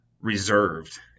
reserved